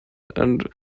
and